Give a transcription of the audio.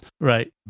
Right